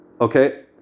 Okay